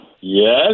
Yes